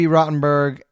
Rottenberg